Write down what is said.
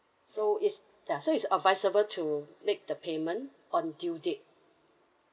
so it's ya so it's advisable to make the payment on due date